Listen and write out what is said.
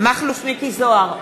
מכלוף מיקי זוהר,